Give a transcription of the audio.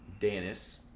Danis